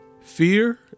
Fear